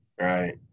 Right